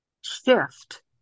shift